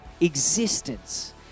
existence